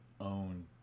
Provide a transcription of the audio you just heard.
own